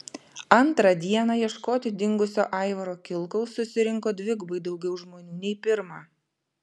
antrą dieną ieškoti dingusio aivaro kilkaus susirinko dvigubai daugiau žmonių nei pirmą